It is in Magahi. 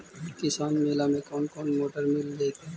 किसान मेला में कोन कोन मोटर मिल जैतै?